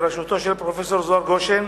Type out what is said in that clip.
בראשותו של פרופסור זוהר גושן,